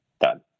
Done